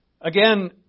Again